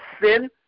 sin